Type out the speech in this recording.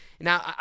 Now